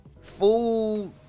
Food